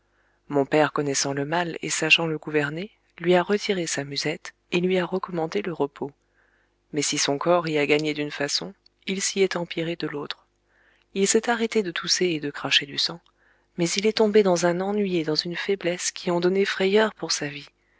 mon père connaissant le mal et sachant le gouverner lui a retiré sa musette et lui a recommandé le repos mais si son corps y a gagné d'une façon il s'y est empiré de l'autre il s'est arrêté de tousser et de cracher du sang mais il est tombé dans un ennui et dans une faiblesse qui ont donné frayeur pour sa vie